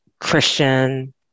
christian